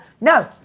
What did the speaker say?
No